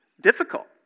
difficult